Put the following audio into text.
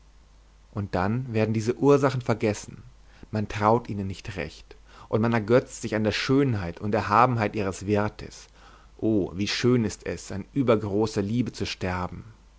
und dann werden diese ursachen vergessen man traut ihnen nicht recht und man ergötzt sich an der schönheit und erhabenheit ihres wertes o wie schön ist es an übergroßer liebe zu sterben